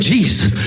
Jesus